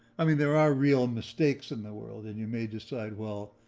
i mean, there are real mistakes in the world. and you may decide, well,